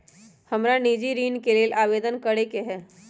हमरा निजी ऋण के लेल आवेदन करै के हए